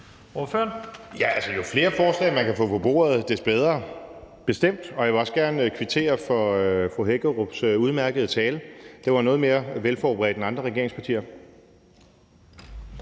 jo flere forslag, man kan få på bordet, des bedre, bestemt. Jeg vil også gerne kvittere for fru Fie Hækkerups udmærkede tale. Den var noget mere velforberedt end ordførerne